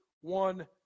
one